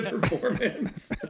performance